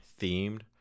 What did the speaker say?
themed